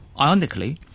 ironically